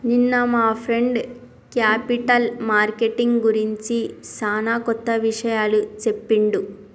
నిన్న మా friend capital marketing గురించి సానా కొత్త విషయాలు చెప్పిండు